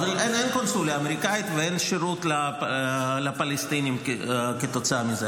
אין קונסוליה אמריקנית ואין שירות לפלסטינים כתוצאה מזה.